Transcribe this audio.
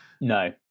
No